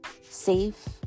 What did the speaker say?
safe